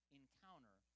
encounter